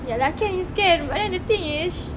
ya lah can is can but then the thing is